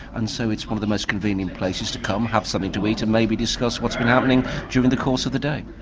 and so it's one of the most convenient places to come, have something to eat, and maybe discuss what's been happening during the course of the day.